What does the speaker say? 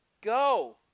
Go